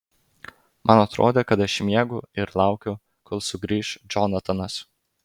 man atrodė kad aš miegu ir laukiu kol sugrįš džonatanas